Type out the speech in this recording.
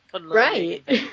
Right